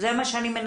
הם לא יכולים